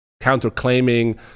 counterclaiming